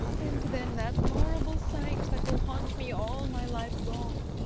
and then that horrible sight that will haunt me all my life long.